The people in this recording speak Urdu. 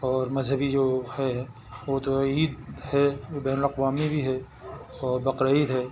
اور مذہبی جو ہے وہ تو عید ہے وہ بین الاقوامی بھی ہے اور بقرعید ہے